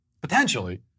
potentially